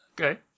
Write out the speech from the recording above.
Okay